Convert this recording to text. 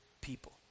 people